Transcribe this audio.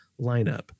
lineup